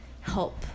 help